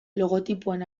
logotipoen